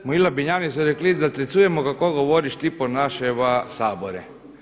Moji Labinjani su rekli da tecujemo kako govoriš ti po naše va Sabore.